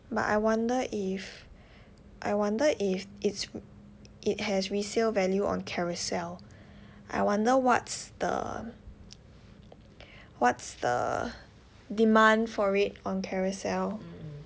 but I wonder if I wonder if it's it has resale value on Carousell I wonder what's the what's the demand for it on Carousell